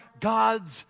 God's